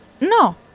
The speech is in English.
No